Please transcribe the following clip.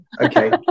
okay